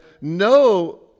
No